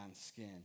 skin